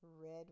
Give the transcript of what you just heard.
Red